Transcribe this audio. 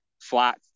flat